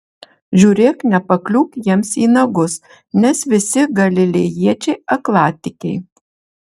žiūrėk nepakliūk jiems į nagus nes visi galilėjiečiai aklatikiai